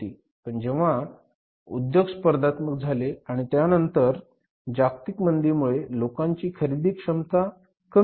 पण जेव्हा उद्योग स्पर्धात्मक झाले आणि त्यानंतर जागतिक मंदीमुळे लोकांची खरेदी क्षमता कमी झाली